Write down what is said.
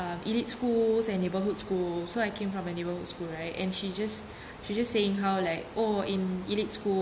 um elite schools and neighbourhood schools so I came from a neighborhood school right and she just she just saying how like oh in elite schools